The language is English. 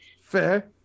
Fair